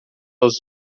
aos